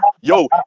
Yo